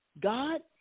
God